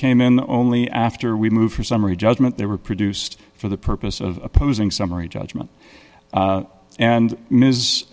came in only after we moved for summary judgment they were produced for the purpose of opposing summary judgment and